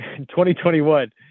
2021